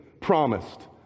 promised